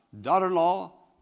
daughter-in-law